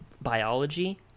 biology